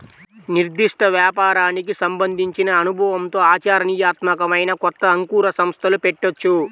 నిర్దిష్ట వ్యాపారానికి సంబంధించిన అనుభవంతో ఆచరణీయాత్మకమైన కొత్త అంకుర సంస్థలు పెట్టొచ్చు